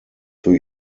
für